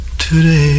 today